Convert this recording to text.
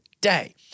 day